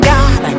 God